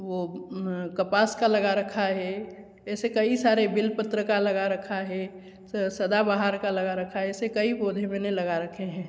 वो कपास का लगा रखा है ऐसे कई सारे बेलपत्र का लगा रखा है सदाबहार का लगा रखा है ऐसे कई पौधे मैंने लगा रखे हैं